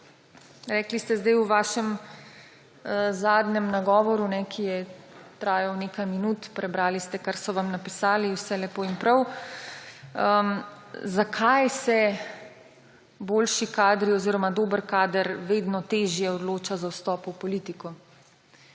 minister, v svojem zadnjem nagovoru, ki je trajal nekaj minut – prebrali ste, kar so vam napisali, vse lepo in prav – ste rekli, zakaj se boljši kadri oziroma dober kader vedno težje odloča za vstop v politiko.